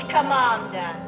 Commander